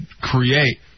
create